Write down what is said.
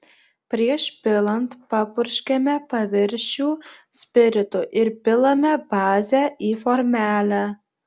prieš pilant papurškiame paviršių spiritu ir pilame bazę į formelę